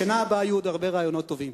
בשנה הבאה יהיו עוד רעיונות טובים.